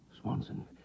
Swanson